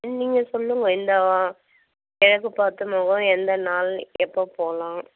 நீங்கள் சொல்லுங்கள் இந்த கிழக்கு பார்த்த முகம் எந்த நாள் எப்போ போகலாம்